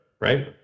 right